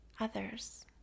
others